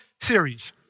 series